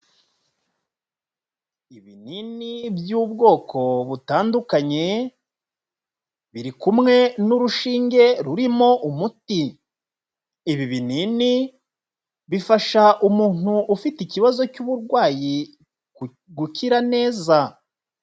Ibinini by'ubwoko butandukanye, biri kumwe n'urushinge rurimo umuti. Ibi binini bifasha umuntu ufite ikibazo cy'uburwayi ku gukira neza.